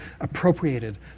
appropriated